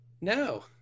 no